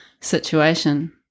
situation